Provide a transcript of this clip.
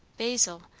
basil,